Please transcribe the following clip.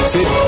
Sit